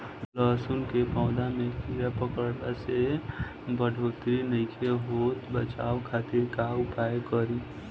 लहसुन के पौधा में कीड़ा पकड़ला से बढ़ोतरी नईखे होत बचाव खातिर का उपाय करी?